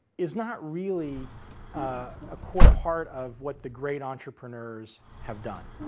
is not really a core part of what the great entrepreneurs have done.